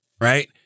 Right